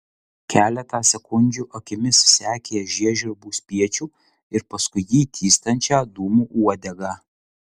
keletą sekundžių akimis sekė žiežirbų spiečių ir paskui jį tįstančią dūmų uodegą